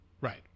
Right